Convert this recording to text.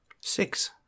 Six